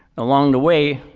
along the way,